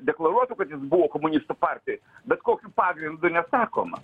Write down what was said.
deklaruotų kad jis buvo komunistų partijoj bet kokiu pagrindu nesakoma